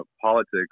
politics